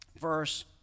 verse